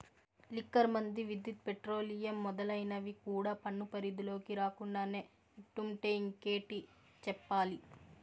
liquor మందు, విద్యుత్, petroleum మొదలైనవి కూడా పన్ను పరిధిలోకి రాకుండానే ఇట్టుంటే ఇంకేటి చెప్పాలి